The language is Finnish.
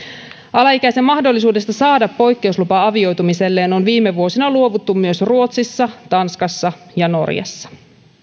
alaikäisen mahdollisuudesta saada poikkeuslupa avioitumiselleen on viime vuosina luovuttu myös ruotsissa tanskassa ja norjassa